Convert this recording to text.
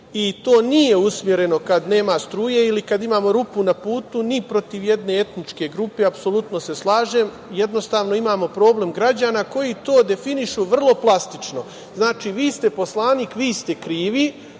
i to nije usmereno, kada nema struje ili kada imamo rupu na putu, ni protiv jedne etničke grupe, apsolutno se slažem, jednostavno imamo problem građana koji to definišu vrlo plastično. Znači, vi ste poslanik, vi ste krivi,